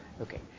Okay